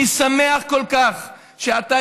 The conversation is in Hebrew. אני שמח כל כך שאתה,